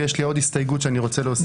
ויש לי עוד הסתייגות שאני רוצה להוסיף עכשיו.